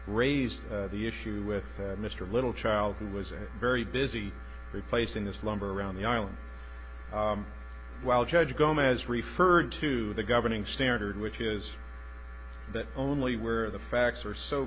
raised the issue with mr little child who was a very busy replacing this lumber around the island while judge gomez referred to the governing standard which is that only where the facts are so